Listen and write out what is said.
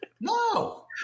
No